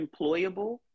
employable